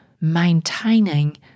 maintaining